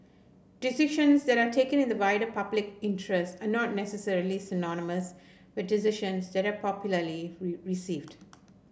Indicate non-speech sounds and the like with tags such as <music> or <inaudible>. decisions that are taken in the wider public interest are not necessarily synonymous with decisions that are popularly <unintelligible> received